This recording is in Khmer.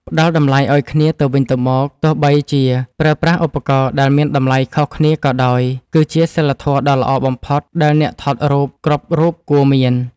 ផ្តល់តម្លៃឱ្យគ្នាទៅវិញទៅមកទោះបីជាប្រើប្រាស់ឧបករណ៍ដែលមានតម្លៃខុសគ្នាក៏ដោយគឺជាសីលធម៌ដ៏ល្អបំផុតដែលអ្នកថតរូបគ្រប់រូបគួរមាន។